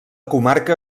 comarca